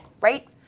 right